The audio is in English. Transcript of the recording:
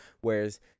whereas